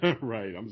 Right